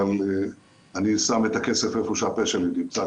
אבל אני שם את הכסף איפה שהפה שלי נמצא,